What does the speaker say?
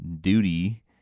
duty